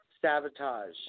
sabotage